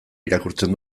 irakurtzen